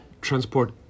Transport